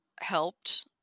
helped